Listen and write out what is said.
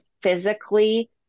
physically